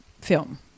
film